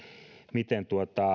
miten